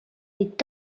est